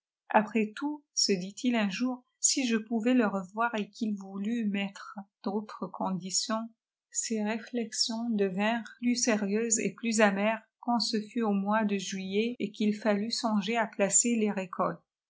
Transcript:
apres tout se fit-il uir jour si je pouvais le revoir et quil voulut mettre d'autres conditions ses réflexions vinrent plus sérieusp et plus amères quand ce fui au mois dé juillet et qu'il fallut songer à placer les